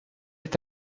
est